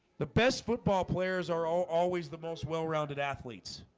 the best football players are always the most well-rounded athletes